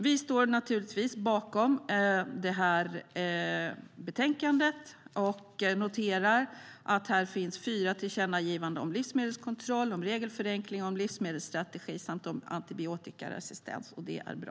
Vi står naturligtvis bakom det här betänkandet och noterar att här finns fyra tillkännagivanden om livsmedelskontroll, om regelförenkling, om livsmedelsstrategi samt om antibiotikaresistens. Det är bra.